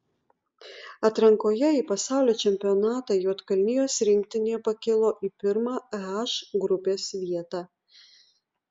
atrankoje į pasaulio čempionatą juodkalnijos rinktinė pakilo į pirmą h grupės vietą